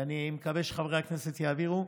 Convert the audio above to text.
ואני מקווה שחברי הכנסת יעבירו,